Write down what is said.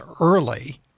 early